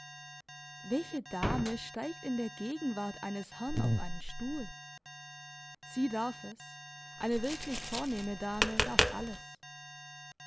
welche dame steigt in der gegenwart eines herrn auf einen stuhl sie darf es eine wirklich vornehme dame darf alles